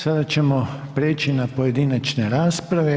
Sada ćemo prijeći na pojedinačne rasprave.